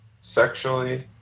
sexually